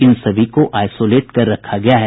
इन सभी को आईसोलेट कर रखा गया है